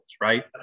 Right